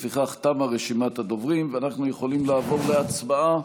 תמה רשימת הדוברים, ואנחנו יכולים לעבור להצבעה